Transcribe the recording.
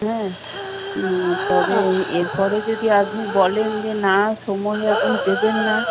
হ্যাঁ তবে এরপরে যদি আপনি বলেন যে না সময় আপনি দেবেন না